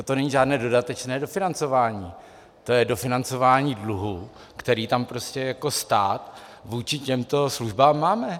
To není žádné dodatečné dofinancování, to je dofinancování dluhu, který tam jako stát vůči těmto službám máme.